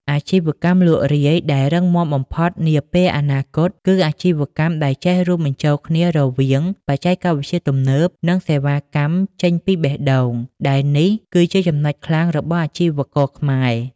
អាជីវកម្មលក់រាយដែលរឹងមាំបំផុតនាពេលអនាគត គឺអាជីវកម្មដែលចេះរួមបញ្ចូលគ្នារវាង "បច្ចេកវិទ្យាទំនើប" និង "សេវាកម្មចេញពីបេះដូង" ដែលនេះគឺជាចំណុចខ្លាំងរបស់អាជីវករខ្មែរ។